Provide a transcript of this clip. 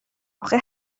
اخه